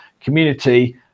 community